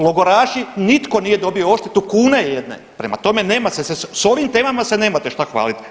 Logoraši, nitko nije dobio odštetu kune jedne, prema tome, nema se, s ovim temama se nemate šta hvaliti.